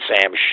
Sam